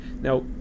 Now